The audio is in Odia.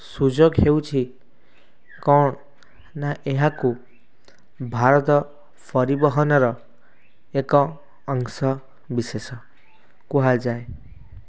ସୁଯୋଗ ହେଉଛି କ'ଣ ନା ଏହାକୁ ଭାରତ ପରିବହନର ଏକ ଅଂଶ ବିଶେଷ କୁହାଯାଏ